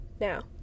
now